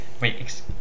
wait